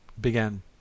began